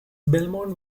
belmont